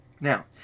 Now